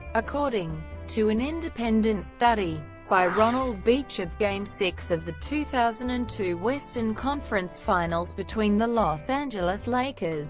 according to an independent study by ronald beech of game six of the two thousand and two western conference finals between the los angeles lakers